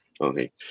okay